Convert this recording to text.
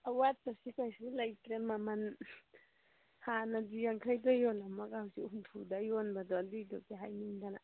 ꯑꯋꯥꯠꯄꯁꯤ ꯀꯔꯤꯁꯨ ꯂꯩꯇ꯭ꯔꯦ ꯃꯃꯟ ꯍꯥꯟꯅꯗꯤ ꯌꯥꯡꯈꯩꯗ ꯌꯣꯜꯂꯝꯂꯕ ꯍꯧꯖꯤꯛ ꯍꯨꯝꯐꯨꯗ ꯌꯣꯟꯕꯗꯣ ꯑꯗꯨꯒꯤꯗꯨꯒꯤ ꯍꯥꯏꯅꯤꯡꯗꯅ